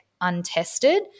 untested